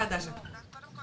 קודם כל